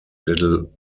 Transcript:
little